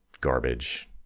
garbage